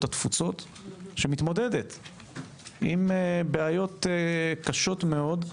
התפוצות שמתמודדת עם בעיות קשות מאוד,